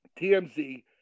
TMZ